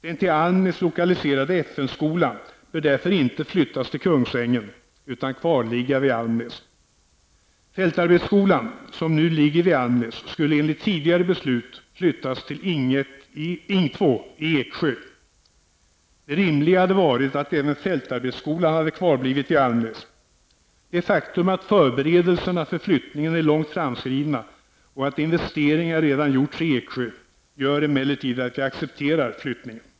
Den till Almnäs lokaliserade FN-skolan bör därför inte flyttas till Fältarbetsskolan, som nu ligger vid Almnäs, skulle enligt tidigare beslut flytts till Ing 2 i Eksjö. Det rimliga hade varit att även fältarbetsskolan hade kvarblivit vid Almnäs. Det faktum att förberedelserna för flyttningen är långt framskridna och att investeringar redan gjorts i Eksjö gör emellertid att vi accepterar flyttningen.